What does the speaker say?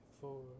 four